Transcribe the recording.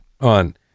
on